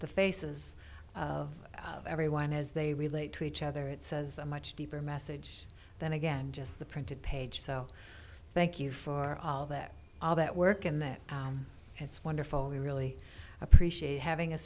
the faces of everyone as they relate to each other it says a much deeper message than again just the printed page so thank you for all that all that work and that it's wonderful we really appreciate having a